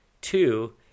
two